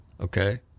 okay